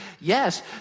Yes